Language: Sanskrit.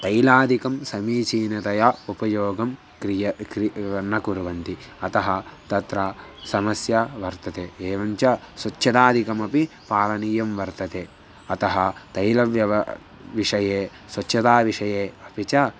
तैलादिकं समीचीनतया उपयोगः क्रियते क्रि न कुर्वन्ति अतः तत्र समस्या वर्तते एवञ्च स्वच्छतादिकमपि पालनीयं वर्तते अतः तैलव्ययविषये स्वच्छताविषये अपि च